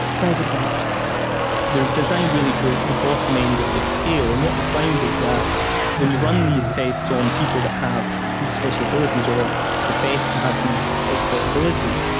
david white they are designed really for the bottom end of this scale, and what you find is that when you run these tests on people that have these special abilities or profess to have these expert abilities,